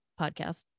podcast